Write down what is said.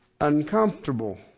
uncomfortable